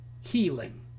healing